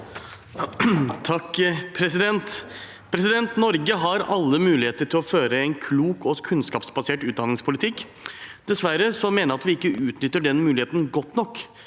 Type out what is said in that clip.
(FrP) Norge har alle muligheter til å føre en klok og kunnskapsbasert utdanningspolitikk. Dessverre mener jeg at vi ikke utnytter den muligheten godt nok.